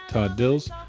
todd dills,